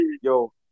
Yo